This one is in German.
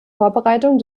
vorbereitung